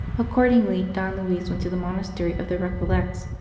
accordingly, don luis went to the monastery of the recollects,